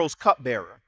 cupbearer